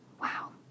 Wow